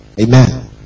Amen